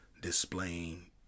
displaying